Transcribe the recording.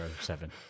seven